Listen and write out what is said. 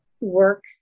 work